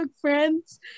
friends